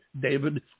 David